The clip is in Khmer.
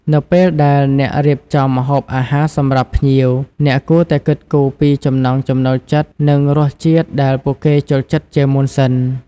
នៅពេលដែលអ្នករៀបចំម្ហូបអាហារសម្រាប់ភ្ញៀវ អ្នកគួរតែគិតគូរពីចំណង់ចំណូលចិត្តនិងរសជាតិដែលពួកគេចូលចិត្តជាមុនសិន។